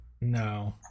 No